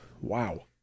Wow